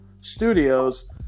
studios